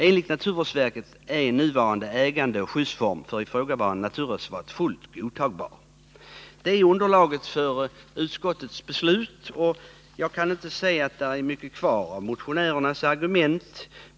Enligt naturvårdsverket är nuvarande ägandeoch skyddsform för ifrågavarande naturreservat fullt godtagbar.” Detta är underlaget för utskottets ställningstagande, och jag kan inte se att mycket kvarstår av motionärernas argument.